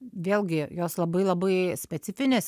vėlgi jos labai labai specifinės